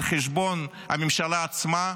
על חשבון הממשלה עצמה,